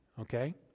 okay